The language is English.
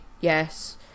yes